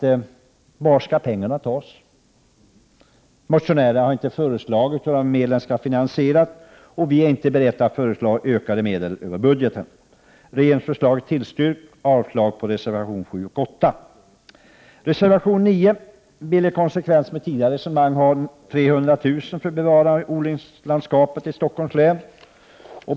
Vi vill också fråga var pengarna skall tas. Motionärerna har inte föreslagit någon finansiering, och vi är inte beredda att föreslå ökade medel över budgeten. Regeringsförslaget tillstyrks. Jag yrkar avslag på reservationerna nr 7 och 8. I reservation nr 9 vill man, i konsekvens med tidigare resonemang, ha 300 000 kr. för bevarande av odlingslandskapet i Stockholms län.